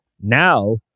now